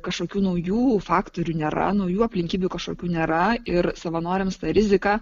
kažkokių naujų faktorių nėra naujų aplinkybių kažkokių nėra ir savanoriams ta rizika